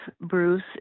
Bruce